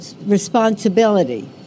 responsibility